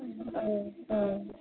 औ औ